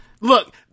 Look